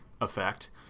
effect